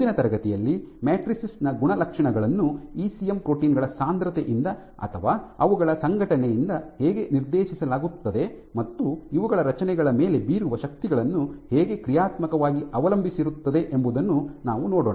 ಮುಂದಿನ ತರಗತಿಯಲ್ಲಿ ಮ್ಯಾಟ್ರಿಸೈಸ್ ನ ಗುಣಲಕ್ಷಣಗಳನ್ನು ಇಸಿಎಂ ಪ್ರೋಟೀನ್ ಗಳ ಸಾಂದ್ರತೆಯಿಂದ ಅಥವಾ ಅವುಗಳ ಸಂಘಟನೆಯಿಂದ ಹೇಗೆ ನಿರ್ದೇಶಿಸಲಾಗುತ್ತದೆ ಮತ್ತು ಇವುಗಳ ರಚನೆಗಳ ಮೇಲೆ ಬೀರುವ ಶಕ್ತಿಗಳನ್ನು ಹೇಗೆ ಕ್ರಿಯಾತ್ಮಕವಾಗಿ ಅವಲಂಬಿಸಿರುತ್ತದೆ ಎಂಬುದನ್ನು ನಾವು ನೋಡೋಣ